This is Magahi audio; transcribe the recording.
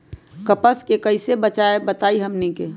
कपस से कईसे बचब बताई हमनी के?